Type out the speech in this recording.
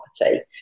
property